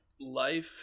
life